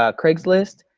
ah craigslist.